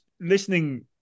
listening